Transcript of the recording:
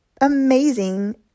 amazing